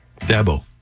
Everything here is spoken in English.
Dabo